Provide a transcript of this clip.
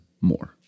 More